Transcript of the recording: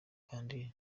kandi